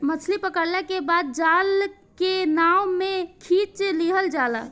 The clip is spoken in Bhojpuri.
मछली पकड़ला के बाद जाल के नाव में खिंच लिहल जाला